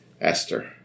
esther